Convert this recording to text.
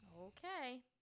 Okay